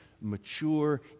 mature